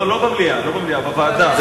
לא במליאה, בוועדה.